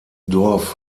dorf